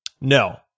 No